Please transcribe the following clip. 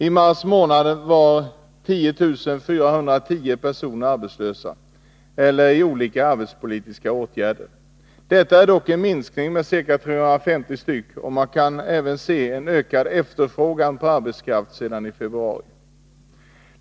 I mars var 10410 personer arbetslösa eller föremål för olika arbetsmarknadspolitiska åtgärder. Det är dock en minskning med ca 350, och man kan även se en ökad efterfrågan på arbetskraft sedan februari.